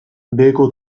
beheko